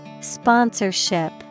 Sponsorship